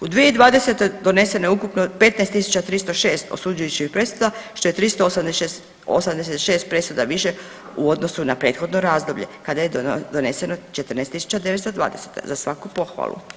U 2020. doneseno je ukupno 15.306 osuđujućih presuda što je 386 presuda više u odnosu na prethodno razdoblje kada je doneseno 14.920, za svaku pohvalu.